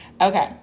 Okay